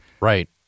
Right